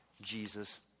Jesus